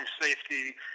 safety